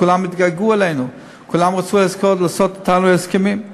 כולם התגעגעו אלינו, כולם רצו לעשות אתנו הסכמים.